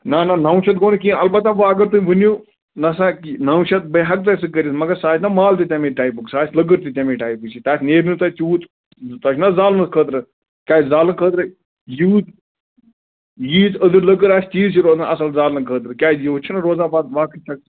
نہَ نہَ نَو شَتھ گوٚو نہٕ کِہیٖنۍ اَلبتہٕ وۅنۍ اَگر تُہۍ ؤنِو نسا نَو شَتھ بہٕ ہٮ۪کہٕ تۄہہِ سُہ کٔرِتھ مگر سُہ آسہِ نا مال تہِ تَمی ٹایپُک سُہ آسہِ لٔکٕر تہِ تَمی ٹایپٕچی تَتھ نیرنہٕ تۄہہِ تیٛوٗت تۄہہِ چھِنا زالنہٕ خٲطرٕ کیٛازِ زالنہٕ خٲطرَے یوٗت ییٖژ أدٕر لٔکٕر آسہِ تیٖژ چھِ روزان اَصٕل زالنہٕ خٲطرٕ کیٛازِ یوٗت چھُنہٕ روزان پَتہٕ باقٕے